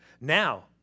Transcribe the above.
Now